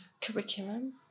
curriculum